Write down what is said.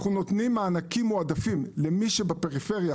אנחנו נותנים מענקים מועדפים למי שבפריפריה,